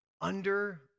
under-